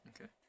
Okay